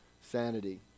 sanity